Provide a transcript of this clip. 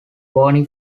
bony